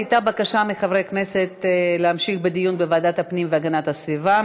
הייתה בקשה מחברי כנסת להמשיך בדיון בוועדת הפנים והגנת הסביבה.